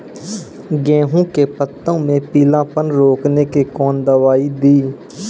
गेहूँ के पत्तों मे पीलापन रोकने के कौन दवाई दी?